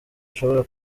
ashobora